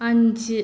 അഞ്ച്